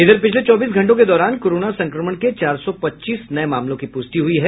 इधर पिछले चौबीस घंटों के दौरान कोरोना संक्रमण के चार सौ पच्चीस नये मामलों की पुष्टि हुई है